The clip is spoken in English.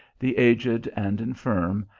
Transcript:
the aged and infirm,